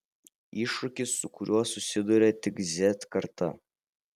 iššūkis su kuriuo susiduria tik z karta